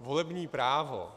Volební právo